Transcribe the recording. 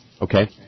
Okay